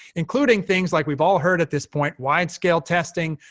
including things like we've all heard at this point, widescale testing,